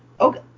Okay